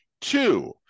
Two